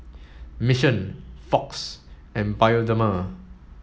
Mission Fox and Bioderma